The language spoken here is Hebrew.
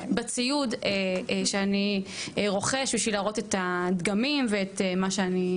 בציוד שאני רוכש כדי להראות את הדגמים ואת מה שאני מציג.